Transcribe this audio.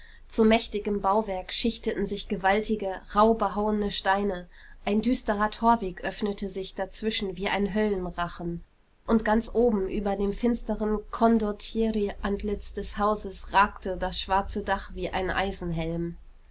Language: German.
zu mächtigem bauwerk schichteten sich gewaltige rauh behauene steine ein düsterer torweg öffnete sich dazwischen wie ein höllenrachen und ganz oben über dem finsteren kondottieri antlitz des hauses ragte das schwarze dach wie ein